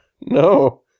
No